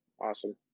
Awesome